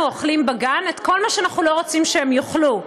אוכלים בגן את כל מה שאנחנו לא רוצים שהם יאכלו,